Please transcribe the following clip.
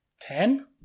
Ten